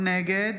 נגד